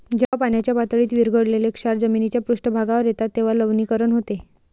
जेव्हा पाण्याच्या पातळीत विरघळलेले क्षार जमिनीच्या पृष्ठभागावर येतात तेव्हा लवणीकरण होते